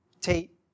Tate